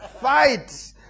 Fight